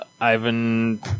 Ivan